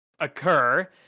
occur